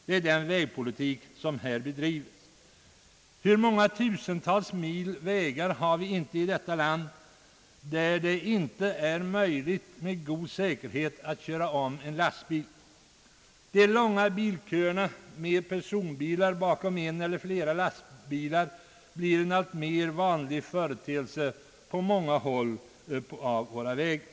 Det är den vägpolitik som bedrives. På tusentals mil vägar i detta land är det omöjligt att med god säkerhet köra om en lastbil. Långa bilköer med personbilar bakom en eller flera lastbilar blir en allt vanligare företeelse på många av våra vägar.